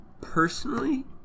personally